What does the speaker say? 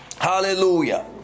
Hallelujah